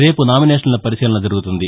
రేపు నామినేషన్ల పరిశీలన జరుగుతుంది